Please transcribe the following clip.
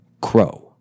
Crow